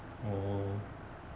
oh